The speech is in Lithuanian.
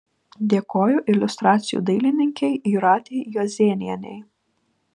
dėkoju iliustracijų dailininkei jūratei juozėnienei